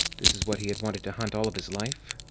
this was what he had wanted to hunt all of his life?